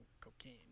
cocaine